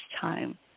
time